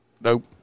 Nope